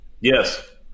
Yes